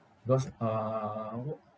because uh wh~